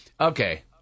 okay